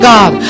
God